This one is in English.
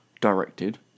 directed